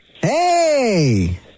Hey